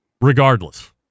Regardless